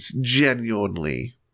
genuinely